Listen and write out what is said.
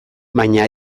baina